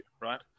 right